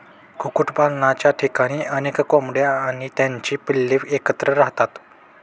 कुक्कुटपालनाच्या ठिकाणी अनेक कोंबड्या आणि त्यांची पिल्ले एकत्र राहतात